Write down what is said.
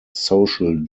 social